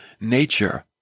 nature